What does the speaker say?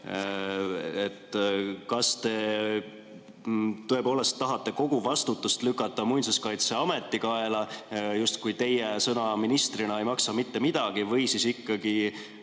Kas te tõepoolest tahate kogu vastutust lükata Muinsuskaitseameti kaela, et justkui teie sõna ministrina ei maksa mitte midagi, või siis ikkagi